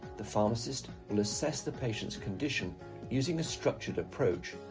the pharmacist will assess the patient's condition using a structured approach,